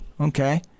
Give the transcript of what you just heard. Okay